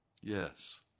yes